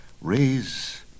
raise